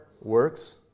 Works